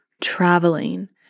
traveling